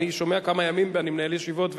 אני שומע כמה ימים ואני מנהל ישיבות.